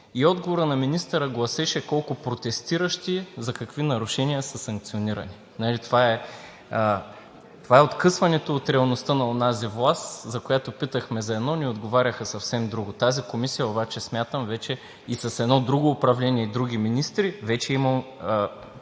и отговорът на министъра гласеше колко протестиращи за какви нарушения са санкционирани. Това е откъсването от реалността на онази власт, която питахме за едно, а ни отговаряха съвсем друго. Тази комисия обаче смятам и с едно друго управление, и други министри вече има